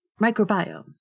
Microbiome